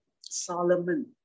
Solomon